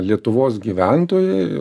lietuvos gyventojai